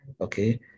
okay